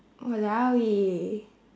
oh !walao! eh